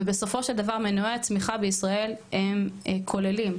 ובסופו של דבר מנועי הצמיחה בישראל הם כוללים,